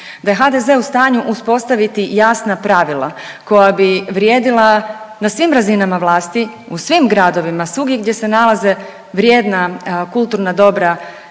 da je HDZ u stanju uspostaviti jasna pravila koja bi vrijedila na svim razinama vlasti, u svim gradovima, svugdje gdje se nalaze vrijedna kulturna dobra